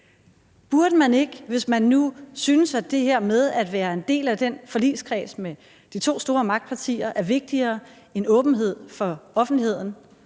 Burde man ikke, hvis man nu synes, at det her med at være en del af den her forligskreds med de to store magtpartier er vigtigere end åbenhed for offentligheden,